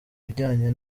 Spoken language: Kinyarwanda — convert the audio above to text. bijyanye